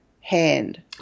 hand